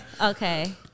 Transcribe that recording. Okay